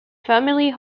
family